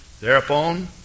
thereupon